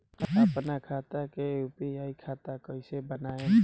आपन खाता के यू.पी.आई खाता कईसे बनाएम?